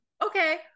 Okay